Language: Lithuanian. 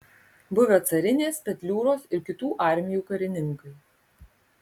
buvę carinės petliūros ir kitų armijų karininkai